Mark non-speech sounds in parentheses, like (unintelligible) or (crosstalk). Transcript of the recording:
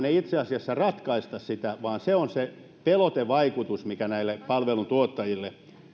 (unintelligible) ei itse asiassa ratkaista sitä vaan se on se pelotevaikutus mikä näille palveluntuottajille